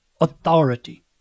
authority